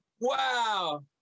Wow